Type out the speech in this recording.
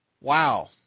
Wow